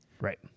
Right